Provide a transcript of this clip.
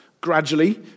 gradually